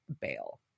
bail